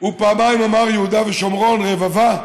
הוא פעמיים אמר יהודה ושומרון, רבבה,